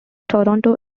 toronto